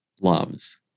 Loves